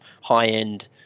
high-end